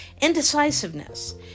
indecisiveness